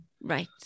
Right